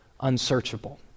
unsearchable